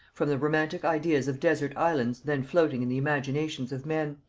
from the romantic ideas of desert islands then floating in the imaginations of men.